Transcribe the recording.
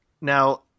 Now